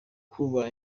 kuba